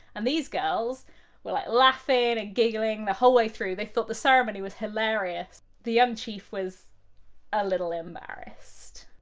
and these girls were, like, laughing and giggling the whole way through. they thought the ceremony was hilarious. the young chief was a little embarrassed.